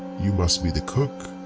you must be the cook,